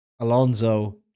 Alonso